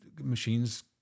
machines